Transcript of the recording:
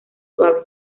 suave